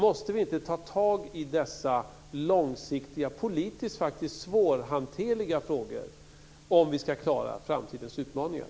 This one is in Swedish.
Måste vi inte ta tag i dessa långsiktiga politiskt faktiskt svårhanterliga frågor om vi ska klara framtidens utmaningar?